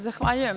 Zahvaljujem.